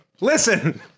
listen